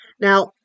Now